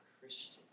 Christian